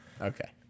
okay